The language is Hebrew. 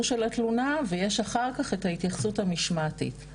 של התלונה ויש אחר כך את ההתייחסות המשמעתית.